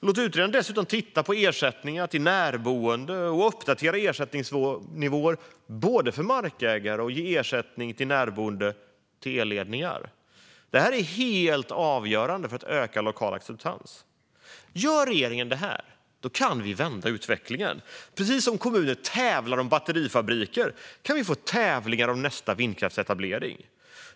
Låt utredaren dessutom titta på ersättningar till närboende och uppdatera ersättningsnivåer för markägare och ge ersättning till närboende till elledningar! Det är helt avgörande för att öka lokal acceptans. Om regeringen gör detta kan vi vända utvecklingen. Precis som kommuner tävlar om batterifabriker kan vi få tävlingar om nästa vindkraftsetablering.